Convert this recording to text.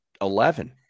Eleven